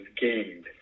gained